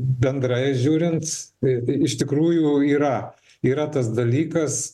bendrai žiūrint tai tai iš tikrųjų yra yra tas dalykas